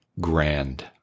grand